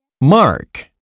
Mark